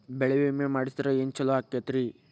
ಬೆಳಿ ವಿಮೆ ಮಾಡಿಸಿದ್ರ ಏನ್ ಛಲೋ ಆಕತ್ರಿ?